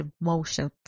emotions